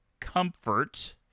comfort